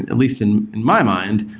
at least in in my mind,